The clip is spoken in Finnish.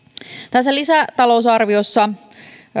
tässä lisätalousarviossa